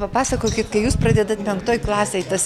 papasakokit kai jūs pradedat penktoj klasėj tas